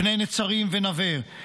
בני נצרים ונווה,